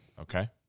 Okay